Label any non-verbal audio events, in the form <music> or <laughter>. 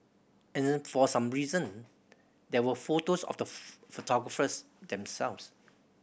and for some reason there were photos of the <unintelligible> photographers themselves